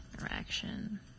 interaction